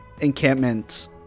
encampments